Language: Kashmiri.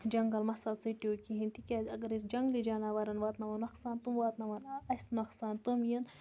جنٛگَل مَسا ژٔٹِو کِہیٖنۍ تِکیازِ اگر أسۍ جنٛگلی جاناوارَن واتناوو نۄقصان تِم واتناوَن اَسہِ نۄقصان تِم یِن